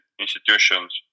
institutions